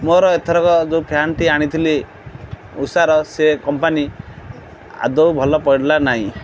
ମୋର ଏଥରକ ଯେଉଁ ଫ୍ୟାନ୍ ଟି ଆଣିଥିଲି ଉଷାର ସେ କମ୍ପାନୀ ଆଦୌ ଭଲ ପଡ଼ିଲା ନାହିଁ